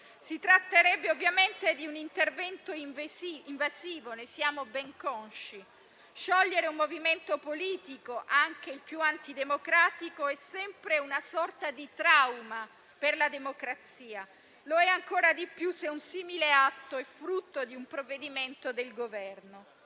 Si tratterebbe ovviamente di un intervento invasivo, ne siamo ben consci: sciogliere un movimento politico, anche il più antidemocratico, è sempre una sorta di trauma per la democrazia; lo è ancora di più se un simile atto è frutto di un provvedimento del Governo.